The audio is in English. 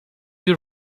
your